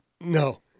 No